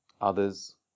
others